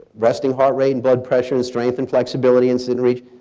resting heart rate and blood pressure and strength and flexibility and sit and reach.